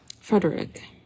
Frederick